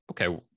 okay